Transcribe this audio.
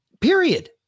Period